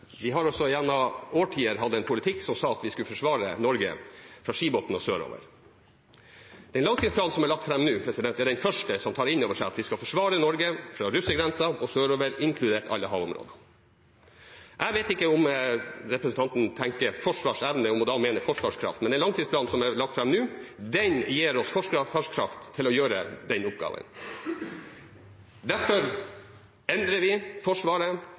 Vi har også gjennom årtier hatt en politikk som sa at vi skulle forsvare Norge fra Skibotn og sørover. Den langtidsplanen som er lagt fram nå, er den første som tar inn over seg at vi skal forsvare Norge fra russergrensa og sørover, inkludert alle havområdene. Jeg vet ikke om representanten tenker forsvarsevne når hun mener forsvarskraft. Men den langtidsplanen som er lagt fram nå, gir oss forsvarskraft til å gjøre den oppgaven. Derfor endrer vi Forsvaret